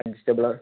adjustable